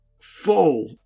full